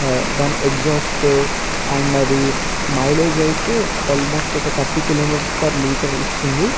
దాని exhaust and అది mileage అయితే ఆల్మోస్ట్ ఒక థర్టీ కిలోమీటర్స్ పర్ లీటర్ ఇస్తుంది